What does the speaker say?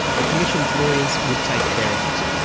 the commission's lawyers would take care of it.